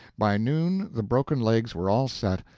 by noon the broken legs were all set,